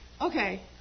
okay